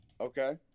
Okay